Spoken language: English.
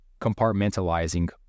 compartmentalizing